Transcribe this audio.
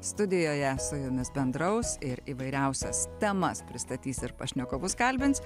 studijoje su jumis bendraus ir įvairiausias temas pristatys ir pašnekovus kalbins